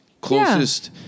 Closest